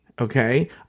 Okay